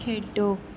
ਖੇਡੋ